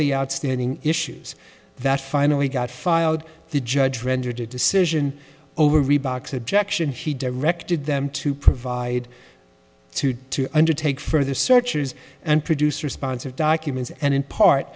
the outstanding issues that finally got filed the judge rendered a decision over reeboks objection he directed them to provide to to undertake further search chairs and producer sponsored documents and in part